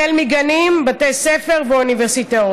החל מגנים, בתי ספר ואוניברסיטאות.